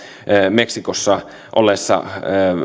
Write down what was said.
meksikossa olleessa